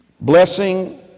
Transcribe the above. Blessing